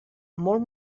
molt